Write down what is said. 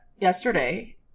yesterday